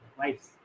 wives